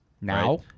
now